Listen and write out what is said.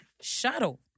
shuttle